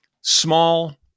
small